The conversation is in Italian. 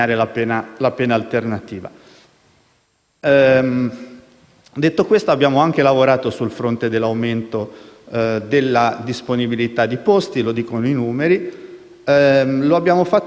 Detto questo abbiamo anche lavorato sul fronte dell'aumento della disponibilità di posti e lo dicono i numeri. Lo abbiamo fatto